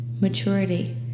maturity